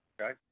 Okay